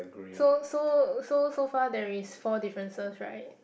so so so so far there is four differences right